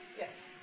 Yes